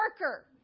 worker